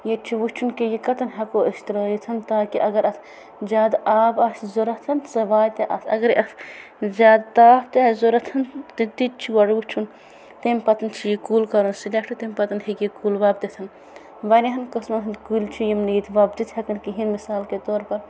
ییٚتہِ چھُ وٕچھن کہِ یہِ کَتٮ۪ن ہٮ۪کو أسۍ ترٲوِتھ تاکہِ اَگَر اَتھ زیادٕ آب آسہِ ضورَتھ سہٕ واتہِ اَتھ اَگَرے اَتھ زیادٕ تاپھ تہِ آسہِ ضورَتھن تہٕ تِتٚہِ چھُ گۄڈٕ وٕچھُن تمہِ پَتَن چھُ یہِ کُل کَرُن سِلٮ۪کٹہٕ تمہِ پَتَن ہٮ۪کہِ یہِ کُل وۄپدِتھ واریہَن قٕسمَن ہُنٛد کُلۍ چھِ یِم نہٕ ییٚتہٕ وۄپدِتھ ہٮ۪کَن کِہیٖن مِثال کے طور پر